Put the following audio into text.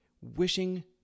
Wishing